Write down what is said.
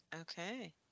Okay